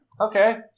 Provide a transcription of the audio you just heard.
okay